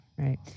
Right